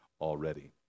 already